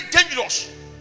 dangerous